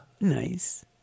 Nice